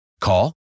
Call